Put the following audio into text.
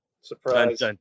Surprise